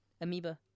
amoeba